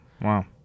Wow